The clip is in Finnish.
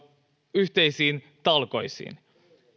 yhteisiin talkoisiin